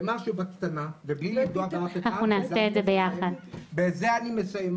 ומשהו בקטנה, ובזה אני מסיים.